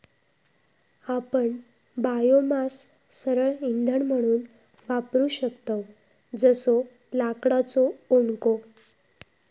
आपण बायोमास सरळ इंधन म्हणून वापरू शकतव जसो लाकडाचो ओंडको